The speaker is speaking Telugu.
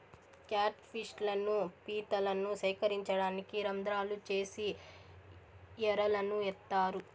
క్యాట్ ఫిష్ లను, పీతలను సేకరించడానికి రంద్రాలు చేసి ఎరలను ఏత్తారు